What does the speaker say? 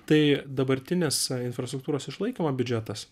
tai dabartinės infrastruktūros išlaikymo biudžetas